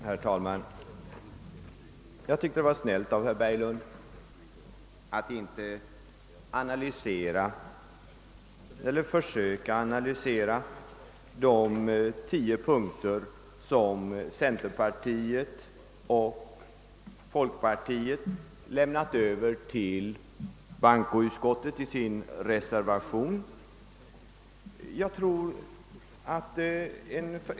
Herr talman! Jag tycker det var snällt av herr Berglund att inte försöka analysera de tio punkter som tas upp i den reservation som representanter för centerpartiet och folkpartiet har avgivit.